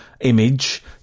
image